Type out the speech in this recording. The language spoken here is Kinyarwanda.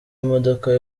imodoka